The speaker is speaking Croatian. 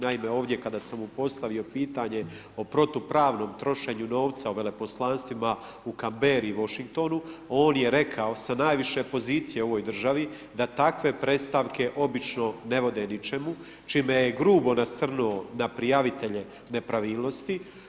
Naime, ovdje kada sam mu postavio pitanje o protupravnom trošenju novca u Veleposlanstvima u Canberri i Washingtonu, on je rekao sa najviše pozicije u ovoj državi, da takve predstavke obično ne vode ničemu, čime je grubo nasrnuo na prijavitelje nepravilnosti.